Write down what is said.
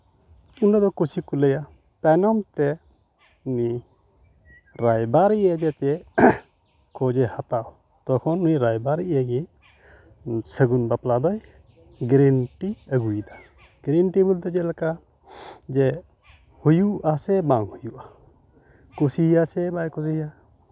ᱤᱱᱟᱹ ᱫᱚ ᱠᱩᱥᱤ ᱠᱚ ᱞᱟᱹᱭᱟ ᱛᱟᱭᱱᱚᱢ ᱛᱮ ᱩᱱᱤ ᱨᱟᱭᱵᱟᱨᱤᱭᱟᱹ ᱡᱮᱪᱮ ᱠᱷᱚᱡᱮ ᱦᱟᱛᱟᱣᱟ ᱛᱚᱠᱷᱚᱱ ᱩᱱᱤ ᱨᱟᱭᱵᱟᱨᱤᱭᱟᱹ ᱜᱮ ᱥᱟᱹᱜᱩᱱ ᱵᱟᱯᱞᱟ ᱫᱚᱭ ᱜᱮᱨᱮᱱᱴᱤ ᱟᱹᱜᱩᱭᱮᱫᱟ ᱜᱮᱨᱮᱱᱴᱤ ᱵᱚᱞᱛᱮ ᱪᱮᱫ ᱞᱮᱠᱟ ᱡᱮ ᱦᱩᱭᱩᱜ ᱟᱥᱮ ᱵᱟᱝ ᱦᱩᱭᱩᱜᱼᱟ ᱠᱩᱥᱤᱭᱟ ᱥᱮ ᱵᱟᱭ ᱠᱩᱥᱤᱭᱟ